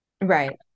Right